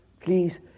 Please